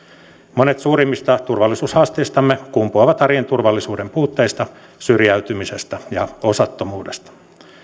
monet suurimmista turvallisuushaasteistamme kumpuavat arjen turvallisuuden puutteista syrjäytymisestä ja osattomuudesta